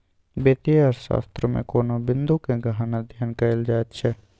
वित्तीय अर्थशास्त्रमे कोनो बिंदूक गहन अध्ययन कएल जाइत छै